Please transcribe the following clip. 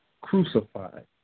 crucified